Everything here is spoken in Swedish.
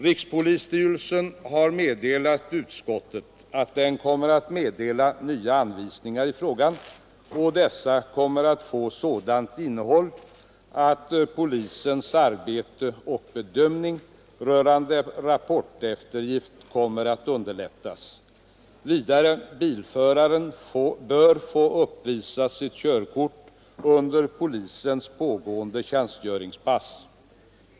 Rikspolisstyrelsen har meddelat utskottet att man kommer att utfärda nya anvisningar i frågan, och de anvisningarna kommer att få ett sådant innehåll att polisens arbete och bedömning rörande rapporteftergift kommer att underlättas. Vidare bör bilföraren kunna få uppvisa sitt körkort under polisens pågående tjänstgöringspass.